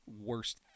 worst